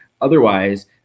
otherwise